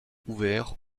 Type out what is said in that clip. ouvert